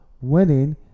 winning